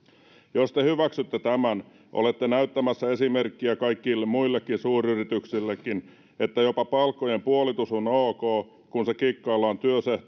te hyväksytte tämän olette näyttämässä esimerkkiä kaikille muillekin suuryrityksille että jopa palkkojen puolitus on ok kun se kikkaillaan